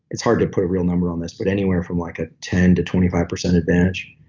it's hard to put a real number on this, but anywhere from like a ten to twenty five percent advantage.